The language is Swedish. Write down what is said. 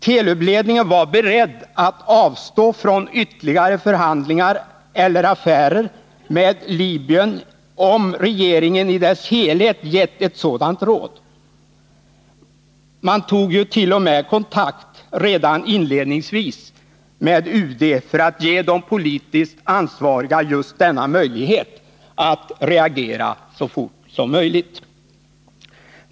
Telub-ledningen var beredd att avstå från ytterligare förhandlingar eller affärer med Libyen, om regeringen i sin helhet gett ett sådant råd. Man tog ju t.o.m. kontakt med UD redan inledningsvis för att ge de politiskt ansvariga just denna möjlighet att reagera så fort som möjligt.